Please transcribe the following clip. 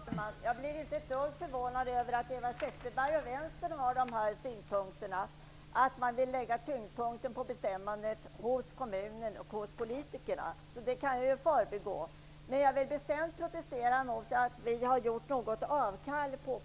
Fru talman! Jag blir inte ett dugg förvånad över att Eva Zetterberg och vänstern har de här synpunkterna, dvs. att de vill lägga tyngdpunkten i bestämmandet på kommunen och politikerna. Det kan jag alltså förbigå. Jag vill bestämt protestera mot påståendet att vi har gjort avkall på